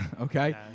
okay